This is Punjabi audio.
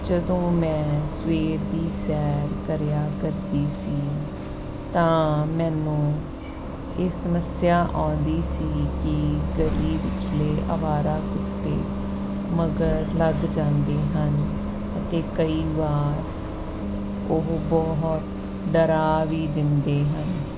ਜਦੋਂ ਮੈਂ ਸਵੇਰ ਦੀ ਸੈਰ ਕਰਿਆ ਕਰਦੀ ਸੀ ਤਾਂ ਮੈਨੂੰ ਇਹ ਸਮੱਸਿਆ ਆਉਂਦੀ ਸੀ ਕਿ ਗਲੀ ਵਿਚਲੇ ਅਵਾਰਾ ਕੁੱਤੇ ਮਗਰ ਲੱਗ ਜਾਂਦੇ ਹਨ ਅਤੇ ਕਈ ਵਾਰ ਉਹ ਬਹੁਤ ਡਰਾ ਵੀ ਦਿੰਦੇ ਹਨ